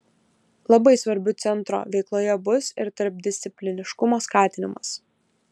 labai svarbiu centro veikloje bus ir tarpdiscipliniškumo skatinimas